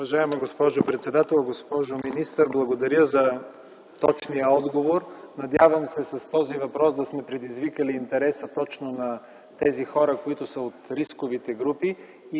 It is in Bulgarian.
Уважаема госпожо председател! Госпожо министър, благодаря за точния отговор. Надявам се с този въпрос да сме предизвикали интереса точно на хората, които са от рисковите групи,